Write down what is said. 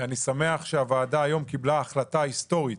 אני שמח שהוועדה היום קיבלה החלטה היסטורית